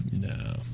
No